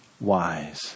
wise